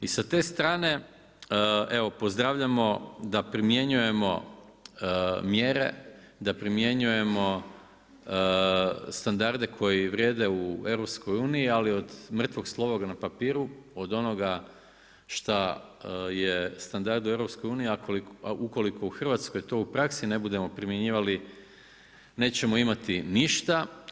I sa te strane, evo pozdravljamo da primjenjujemo mjere, da primjenjujemo standarde koji vrijede u EU ali od mrtvog slova na papiru, od onoga šta je standard u EU, ukoliko u Hrvatskoj to u praksi ne budemo primjenjivali nećemo imati ništa.